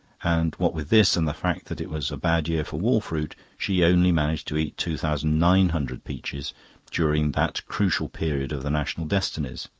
and what with this and the fact that it was a bad year for wall fruit, she only managed to eat two thousand nine hundred peaches during that crucial period of the national destinies.